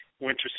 winter